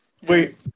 Wait